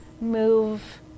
move